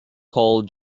carl